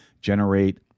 generate